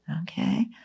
Okay